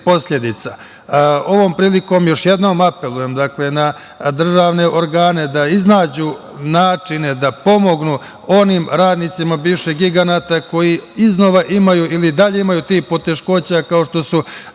posledica. Ovom prilikom još jednom apelujem na državne organe da iznađu načine da pomognu onim radnicima bivših giganata koji iznova ili i dalje imaju tih poteškoća, kao što su